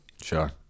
sure